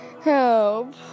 Help